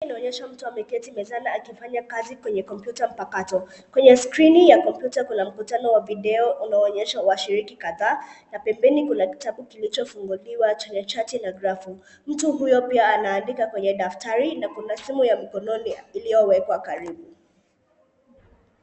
Picha hii inaonyesha mtu ameketi mezani akifanya kazi kwenye kompyuta mpakato. Kwenye skrini ya kompyuta kuna mkutano wa video unaoonyesha washiriki kadhaa, na pembeni kuna kitabu kilichofunguliwa chenye chati na grafu. Mtu huyo pia anaandika kwenye daftari na kuna simu ya mkononi iliyowekwa karibu.